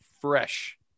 fresh